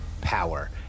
power